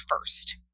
first